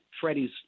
Freddie's